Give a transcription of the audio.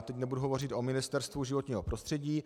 Teď nebudu hovořit o Ministerstvu životního prostředí.